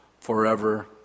forever